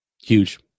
Huge